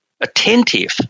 attentive